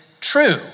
true